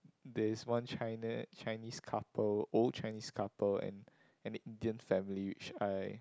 there is one China Chinese couple old Chinese couple and an Indian family which I